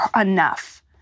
enough